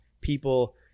people